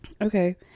Okay